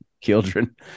children